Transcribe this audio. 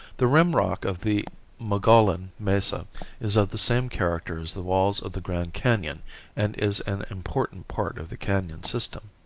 the rim rock of the mogollon mesa is of the same character as the walls of the grand canon and is an important part of the canon system.